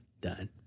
Done